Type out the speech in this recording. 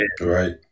Right